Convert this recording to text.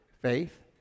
faith